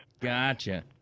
Gotcha